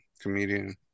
comedian